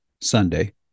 Sunday